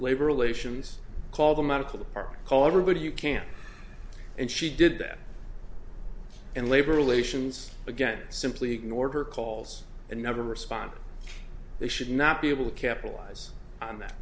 labor relations call them out of the park call everybody you can and she did that and labor relations again simply ignored her calls and never respond they should not be able to capitalize on that